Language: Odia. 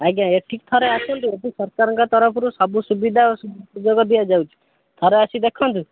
ଆଜ୍ଞା ଏଠିକି ଥରେ ଆସନ୍ତୁ ଏଠି ସରକାରଙ୍କ ତରଫରୁ ସବୁ ସୁବିଧା ଓ ସୁଯୋଗ ଦିଆଯାଉଛି ଥରେ ଆସି ଦେଖନ୍ତୁ